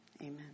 Amen